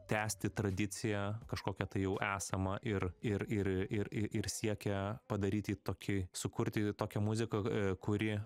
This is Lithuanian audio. tęsti tradiciją kažkokią tai jau esama ir ir ir ir siekia padaryti tokį sukurti tokią muziką kuri